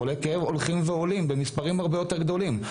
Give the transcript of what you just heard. חולי כאב הולכים ועולים במספרים הרבה יותר גדולים.